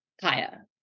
Kaya